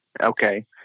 Okay